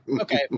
Okay